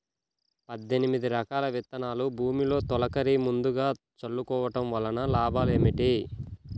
పద్దెనిమిది రకాల విత్తనాలు భూమిలో తొలకరి ముందుగా చల్లుకోవటం వలన లాభాలు ఏమిటి?